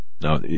Now